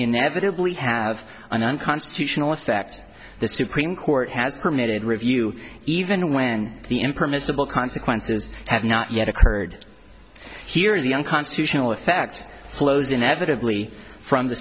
inevitably have an unconstitutional effect the supremes court has permitted review even when the impermissible consequences have not yet occurred here are the unconstitutional effects flows inevitably from the